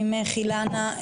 ממך אילנה,